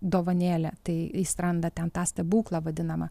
dovanėlė tai jis randa ten tą stebuklą vadinamą